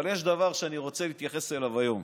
אבל יש דבר שאני רוצה להתייחס אליו היום,